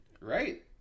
Right